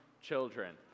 children